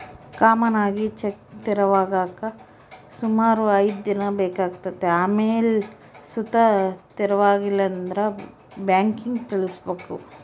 common ಆಗಿ cheque ತೆರವಾಗಾಕ ಸುಮಾರು ಐದ್ ದಿನ ಬೇಕಾತತೆ ಆಮೇಲ್ ಸುತ ತೆರವಾಗಿಲ್ಲಂದ್ರ ಬ್ಯಾಂಕಿಗ್ ತಿಳಿಸ್ಬಕು